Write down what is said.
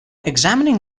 examining